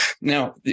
Now